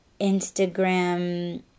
Instagram